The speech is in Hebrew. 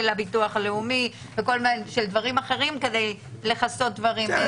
הביטוח הלאומי כדי לכסות דברים אחרים.